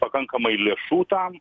pakankamai lėšų tam